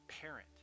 parent